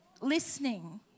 listening